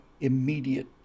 immediate